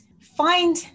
find